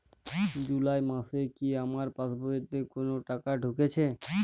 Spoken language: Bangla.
জুলাই মাসে কি আমার পাসবইতে কোনো টাকা ঢুকেছে?